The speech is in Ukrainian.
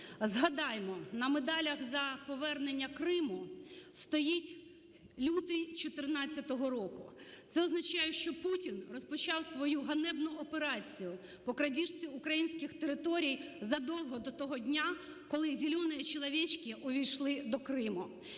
Згадаємо, на медалях "За повернення Криму" стоїть лютий 14-го року, це означає, що Путін розпочав свою ганебну операцію по крадіжці українських територій задовго до того дня, коли "зеленые человечки" увійшли до Криму.